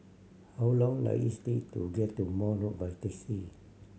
how long does is take to get to Maude Road by taxi